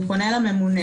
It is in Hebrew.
והוא פונה לממונה,